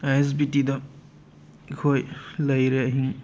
ꯑꯥꯏ S B ꯇꯤꯗ ꯑꯩꯈꯣꯏ ꯂꯩꯔꯦ ꯑꯍꯤꯡ